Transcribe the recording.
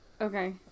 Okay